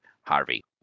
harvey